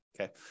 Okay